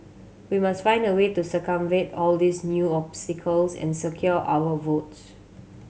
we must find a way to circumvent all these new obstacles and secure our votes